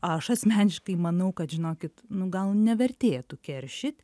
aš asmeniškai manau kad žinokit nu gal nevertėtų keršyt